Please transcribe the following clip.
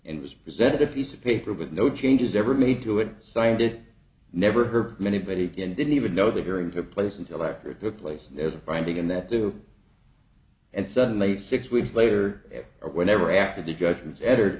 and was presented a piece of paper with no changes ever made to it signed it never heard from anybody in didn't even know the hearing took place until after a good place and there's a finding that do and suddenly six weeks later or whenever after the judgments e